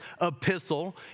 epistle